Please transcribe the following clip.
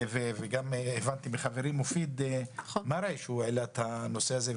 וגם הבנתי מחברי מופיד מרעי שהוא העלה את הנושא הזה,